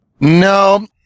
No